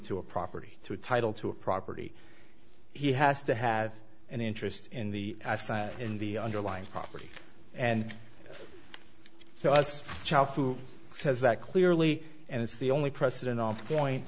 to a property to a title to a property he has to have an interest in the in the underlying property and so as a child who says that clearly and it's the only precedent on point